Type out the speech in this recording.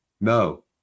No